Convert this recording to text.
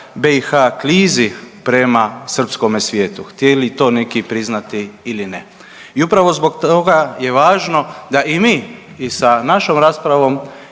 BiH klizi prema srpskome svijetu, htjeli to neki priznati ili ne. I upravo zbog toga je važno da i mi i sa našom raspravom